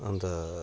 अनि त